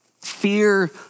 fear